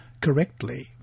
correctly